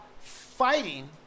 fighting